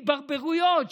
התברברויות.